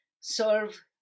serve